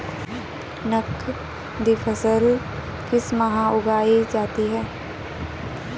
नकदी फसल किस माह उगाई जाती है?